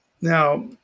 now